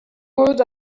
good